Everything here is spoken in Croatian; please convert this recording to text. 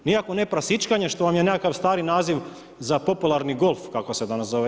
Mi ako ne prasičkanje što vam je nekakav stari naziv za popularni golf kako se danas zove.